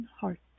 heart